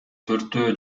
төртөө